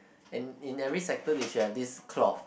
and in every sector they should have this cloth